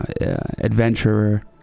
adventurer